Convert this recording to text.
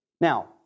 Now